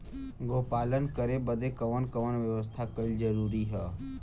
गोपालन करे बदे कवन कवन व्यवस्था कइल जरूरी ह?